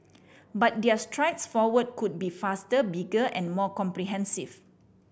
but their strides forward could be faster bigger and more comprehensive